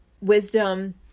wisdom